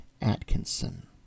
Atkinson